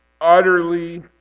utterly